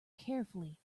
carefully